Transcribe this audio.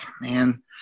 man